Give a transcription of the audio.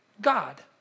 God